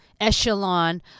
echelon